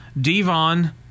Devon